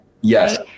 Yes